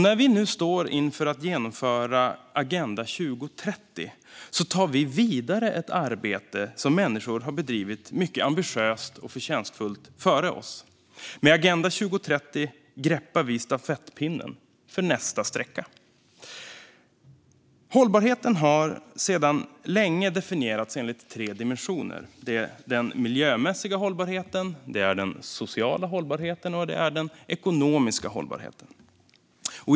När vi nu står inför att genomföra Agenda 2030 tar vi vidare ett arbete som människor har bedrivit mycket ambitiöst och förtjänstfullt före oss. Med Agenda 2030 greppar vi stafettpinnen för nästa sträcka. Hållbarheten har länge definierats enligt tre dimensioner: den miljömässiga hållbarheten, den sociala hållbarheten och den ekonomiska hållbarheten.